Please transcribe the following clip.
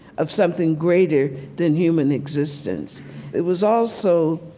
of something greater than human existence it was also